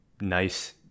nice